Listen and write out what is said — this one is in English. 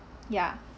ya